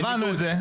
הבנו את זה.